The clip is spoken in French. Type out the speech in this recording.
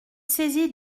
saisi